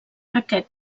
aquest